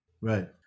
Right